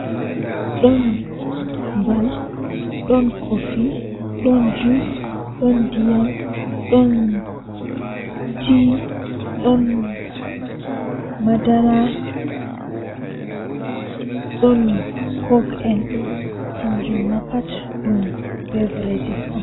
Taalel taalel jannata booyel, Woodi nyende feere himbe hefti kubliwol jei mabbititta hala dammugal jei kupli fuu, Be yahi be yecci lamdo wuro lamdo wee be waddina mo kubliwol man ashe woodi suudu feere suudu man don hebbini be ceede jawee moimoy lamdo man sei yahi mabbiti dammugal man nasti hoosi ceede jawe moimoy jei nder saare man fuu, Owari o sassahi himbe wuro man ohokkibe ceede, Omahini be ci'e kala mo wala kare fuu osonni dum kare ohokki be nyamdu kobe nyaama.